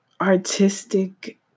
artistic